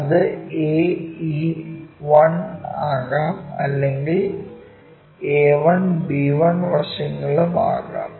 അത് ae1 ആകാം അല്ലെങ്കിൽ a1 b1 വശങ്ങളും ആകാം